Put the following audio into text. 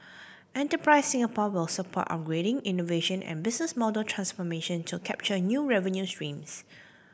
Enterprise Singapore will support upgrading innovation and business model transformation to capture new revenue streams